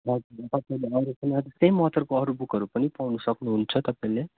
हजुर तपाईँंले अरू कुनै सेम अथरको अरू बुकहरू पनि पाउनु सक्नुहुन्छ तपाईँले